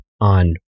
on